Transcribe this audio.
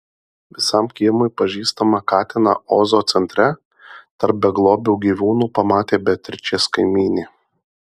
visam kiemui pažįstamą katiną ozo centre tarp beglobių gyvūnų pamatė beatričės kaimynė